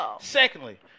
Secondly